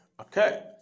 Okay